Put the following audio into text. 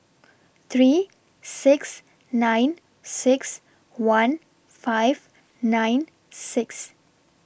three six nine six one five nine six